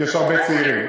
כי יש הרבה צעירים.